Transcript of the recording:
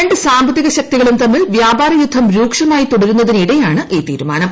രണ്ട് സാമ്പത്തിക ശക്തികളും തമ്മിൽ വ്യാപാരയുദ്ധം രൂക്ഷമായി തുടരുന്നതിനിടെയാണ് ഈ തീരുമാനം